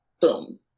Boom